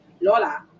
Lola